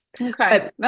Okay